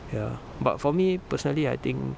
ya but for me personally I think